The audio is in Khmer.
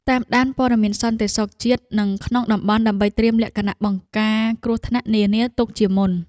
តាមដានព័ត៌មានសន្តិសុខជាតិនិងក្នុងតំបន់ដើម្បីត្រៀមលក្ខណៈបង្ការគ្រោះថ្នាក់នានាទុកជាមុន។